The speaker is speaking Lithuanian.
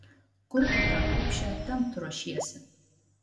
kur tu tą kupšę tempt ruošiesi